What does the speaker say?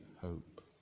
hope